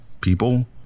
people